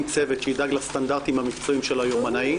צוות שידאג לסטנדרטים המקצועיים של היומנאי.